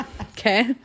okay